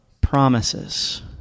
promises